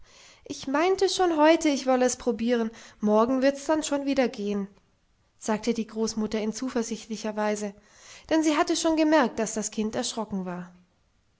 ich meinte schon heute ich wolle es probieren morgen wird's dann schon wieder gehen sagte die großmutter in zuversichtlicher weise denn sie hatte schon gemerkt daß das kind erschrocken war